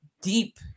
deep